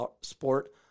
sport